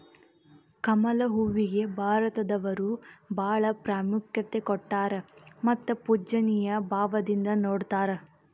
ಕಮಲ ಹೂವಿಗೆ ಭಾರತದವರು ಬಾಳ ಪ್ರಾಮುಖ್ಯತೆ ಕೊಟ್ಟಾರ ಮತ್ತ ಪೂಜ್ಯನಿಯ ಭಾವದಿಂದ ನೊಡತಾರ